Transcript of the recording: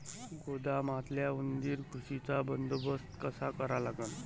गोदामातल्या उंदीर, घुशीचा बंदोबस्त कसा करा लागन?